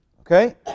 Okay